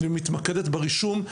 ומתמקדת ברישום,